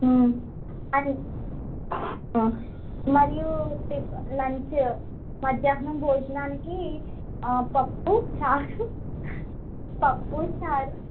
అది మరియు tea lunch మధ్యాహ్నం భోజనానికి పప్పు చారు పప్పు చారు